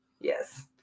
Yes